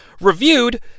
reviewed